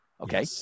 Okay